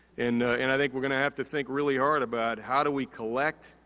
and and, i think we're gonna have to think really hard about how do we collect,